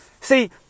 See